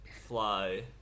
fly